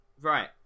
Right